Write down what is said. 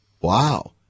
Wow